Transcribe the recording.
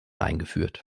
eingeführt